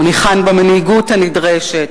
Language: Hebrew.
הוא ניחן במנהיגות הנדרשת.